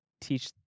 teach